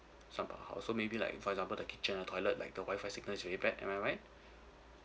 some parts of the house so maybe like for example the kitchen and toilet like the Wi-Fi signal is really bad am I right